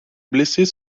blessés